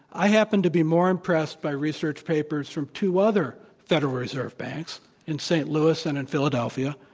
i happen to bemore impressed by research papers from two other federal reserve banks in st. louis and in philadelphia,